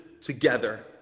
together